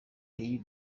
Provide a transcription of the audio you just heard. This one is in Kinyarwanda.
pays